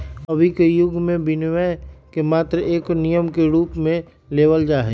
अभी के युग में विनियमन के मात्र एक नियम के रूप में लेवल जाहई